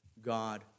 God